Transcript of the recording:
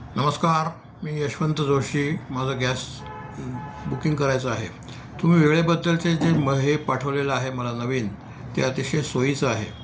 नमस्कार मी यशवंत जोशी माझं गॅस बुकिंग करायचं आहे तुम्ही वेळेबद्दलचे जे मं हे पाठवलेलं आहे मला नवीन ते अतिशय सोयीचं आहे